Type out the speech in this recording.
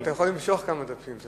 אתה יכול למשוך כמה דפים.